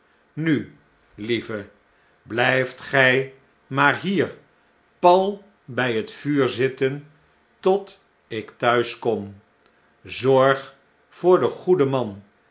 nu lieve blflf gjj maar hier pal by het vuur zitten tot ik thuis kom zorg voor den goeden man